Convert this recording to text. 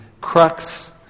crux